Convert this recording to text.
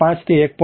5 થી 1